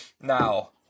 Now